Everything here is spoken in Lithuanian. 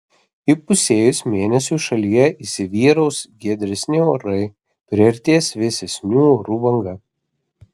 įpusėjus mėnesiui šalyje įsivyraus giedresni orai priartės vėsesnių orų banga